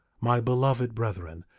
my beloved brethren,